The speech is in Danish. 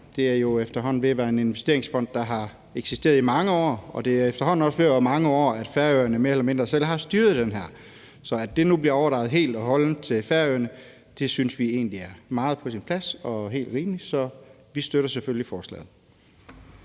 Det er jo efterhånden ved at være en investeringsfond, der eksisteret i mange år, og det er efterhånden også ved at være mange år, Færøerne mere eller mindre selv har styret den her fond, så at det nu bliver overdraget helt og holdent til Færøerne synes vi egentlig er meget på sin plads og helt rimeligt. Vi støtter selvfølgelig forslaget.